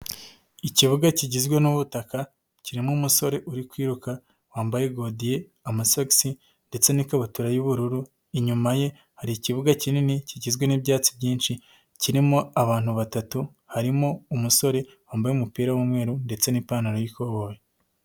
Ikibuga kigizwe n'ubutaka kirimo umusore uri kwiruka wambaye godiye, amasogisi ndetse n'ikabutura y'ubururu, inyuma ye hari ikibuga kinini kigizwe n'ibyatsi byinshi, kirimo abantu batatu harimo umusore wambaye umupira w'umweru ndetse n'ipantaro y'ikoboyi.